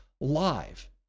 live